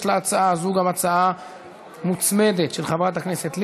יש להצעה הזאת הצעה מוצמדת של חברת הכנסת לבני.